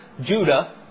Judah